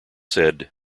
said